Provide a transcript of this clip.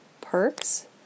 perks